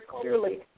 clearly